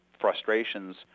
frustrations